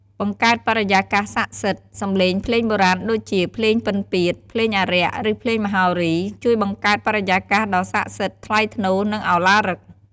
បង្កើតបរិយាកាសស័ក្ដិសិទ្ធិ សំឡេងភ្លេងបុរាណដូចជា ភ្លេងពិណពាទ្យ ភ្លេងអារក្ស ឬភ្លេងមហោរី ជួយបង្កើតបរិយាកាសដ៏ស័ក្ដិសិទ្ធិ ថ្លៃថ្នូរ និងឱឡារិក។